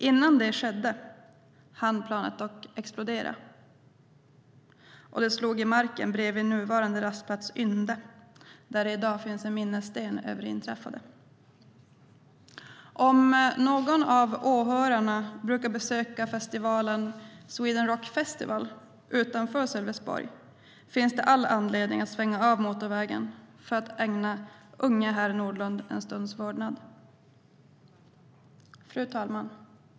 Innan det skedde hann planet explodera, och det slog i marken bredvid nuvarande rastplats Ynde, där det i dag finns en minnessten över det inträffade. Om någon av åhörarna brukar besöka Sweden Rock Festival utanför Sölvesborg finns det anledning att svänga av motorvägen för att ägna unge herr Nordlund en stunds vördnad. Fru talman!